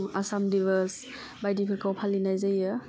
आसाम दिबस बायदिफोरखौ फालिनाय जायो